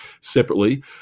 separately